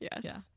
Yes